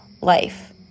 life